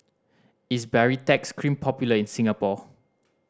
is Baritex Cream popular in Singapore